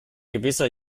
gewisser